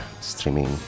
streaming